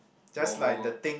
normal